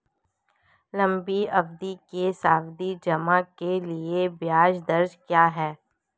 लंबी अवधि के सावधि जमा के लिए ब्याज दर क्या है?